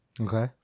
Okay